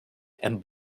and